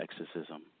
exorcism